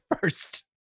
first